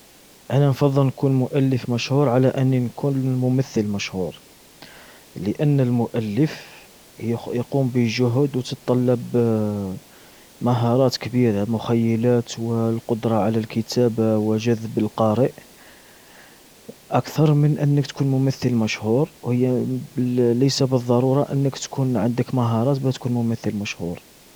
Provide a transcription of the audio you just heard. انا افضل نكون مؤلف مشهور على اني نكون م-ممثل مشهور. لان المؤلف ي-يقوم بجهود وتطلب مهارات كبيرة مخيلات والقدرة على الكتابة، وجذب القارئ. اكثر من أنك تكون ممثل مشهور هي ب ليس بالضرورة أنك تكون عندك مهارات باه تكون ممثل مشهور.